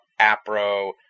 APRO